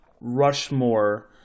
Rushmore